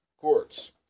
courts